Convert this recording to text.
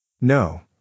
No